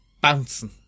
bouncing